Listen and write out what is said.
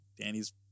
Danny's